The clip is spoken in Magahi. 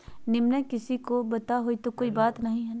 पिनमा किसी को बता देई तो कोइ बात नहि ना?